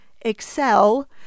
excel